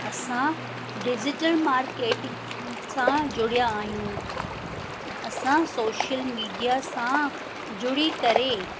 असां digital marketing सां जुड़िया आहियूं असां सोशल मीडिया सां जुड़ी करे